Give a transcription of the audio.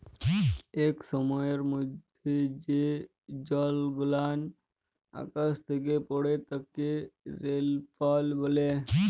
ইক সময়ের মধ্যে যে জলগুলান আকাশ থ্যাকে পড়ে তাকে রেলফল ব্যলে